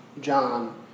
John